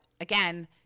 again